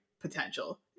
potential